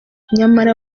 nyamara